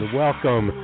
welcome